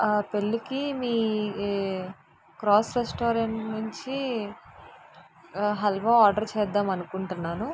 ఆ పెళ్ళికి మీ క్రాస్ రెస్టారెంట్ నుంచి హల్వా ఆర్డర్ చేద్దాం అనుకుంటున్నాను